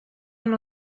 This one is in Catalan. amb